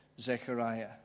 Zechariah